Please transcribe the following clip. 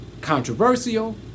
controversial